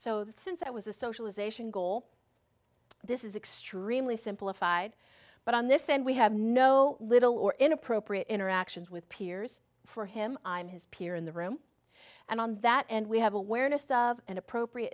that since i was a socialization goal this is extremely simplified but on this end we have know little or inappropriate interactions with peers for him and his peer in the room and on that and we have awareness of an appropriate